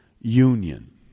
union